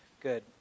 Good